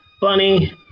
Bunny